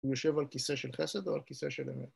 ‫הוא יושב על כיסא של חסד ‫או על כיסא של אמת?